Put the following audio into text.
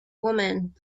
woman